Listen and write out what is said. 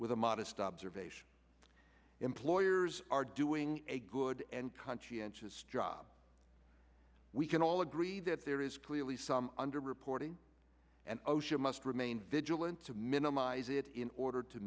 with a modest observation employers are doing a good and conscientious job we can all agree that there is clearly some underreporting and osha must remain vigilant to minimize it in order to